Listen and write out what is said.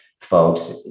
folks